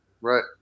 Right